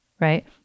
right